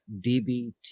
DBT